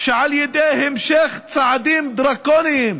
שעל ידי המשך צעדים דרקוניים